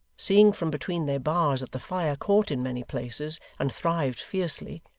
seeing from between their bars that the fire caught in many places and thrived fiercely,